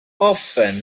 often